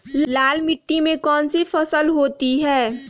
लाल मिट्टी में कौन सी फसल होती हैं?